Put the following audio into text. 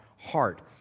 heart